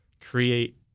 create